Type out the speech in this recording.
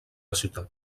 ciutat